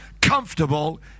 comfortable